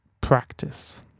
practice